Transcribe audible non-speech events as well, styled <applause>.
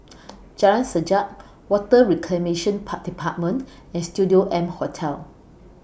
<noise> Jalan Sajak Water Reclamation Par department and Studio M Hotel